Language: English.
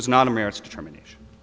was not a merits determination